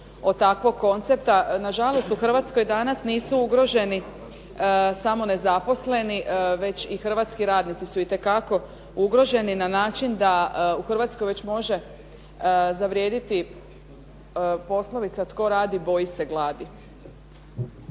od takvog koncepta. Na žalost u Hrvatskoj danas nisu ugroženi samo nezaposleni, već i hrvatski radnici su itekako ugroženi na način da u Hrvatskoj već može zavrijediti poslovica tko radi boji se gladi.